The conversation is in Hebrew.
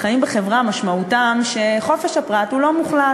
החיים בחברה משמעותם שחופש הפרט הוא לא מוחלט,